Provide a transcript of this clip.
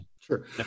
Sure